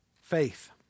Faith